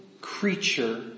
creature